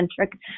centric